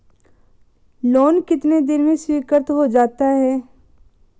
Loan कितने दिन में स्वीकृत हो जाता है?